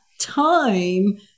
time